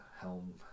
helm